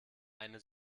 eine